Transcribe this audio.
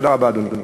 תודה רבה, אדוני.